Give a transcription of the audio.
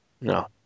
No